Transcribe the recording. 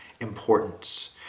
importance